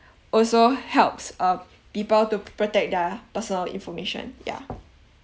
also helps um people to protect their personal information ya